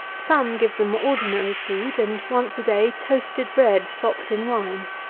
some give them ordinary food, and, once a day, toasted bread sopped in wine.